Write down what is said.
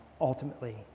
ultimately